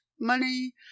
money